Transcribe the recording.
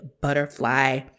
butterfly